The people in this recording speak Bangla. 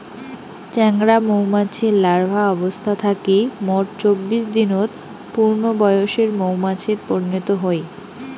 চেংরা মৌমাছি লার্ভা অবস্থা থাকি মোট চব্বিশ দিনত পূর্ণবয়সের মৌমাছিত পরিণত হই